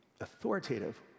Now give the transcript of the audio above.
authoritative